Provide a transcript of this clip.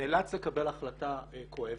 הוא נאלץ לקבל החלטה כואבת,